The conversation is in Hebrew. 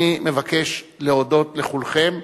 אני מבקש להודות לכולכם.